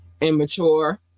Immature